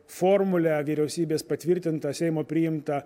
formulę vyriausybės patvirtintą seimo priimtą